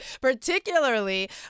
Particularly